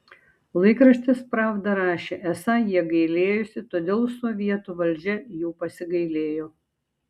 laikraštis pravda rašė esą jie gailėjosi todėl sovietų valdžia jų pasigailėjo